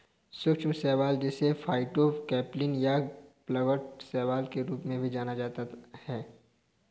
सूक्ष्म शैवाल जिसे फाइटोप्लैंक्टन या प्लवक शैवाल के रूप में भी जाना जाता है